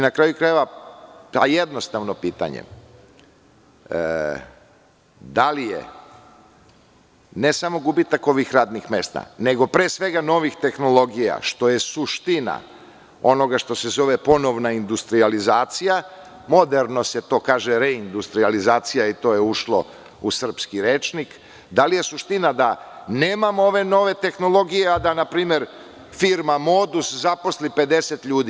Na kraju krajeva, jednostavno pitanje – da li je ne samo gubitak ovih radnih mesta, nego pre svega novih tehnologija, što je suština onoga što se zove ponovna industrijalizacija, moderno se to kaže reindustrijalizacija i to je ušlo u srpski rečnik, da li je suština da nemamo ove nove tehnologije, a da npr. Firma „Modus“ zaposli 50 ljudi?